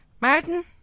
Martin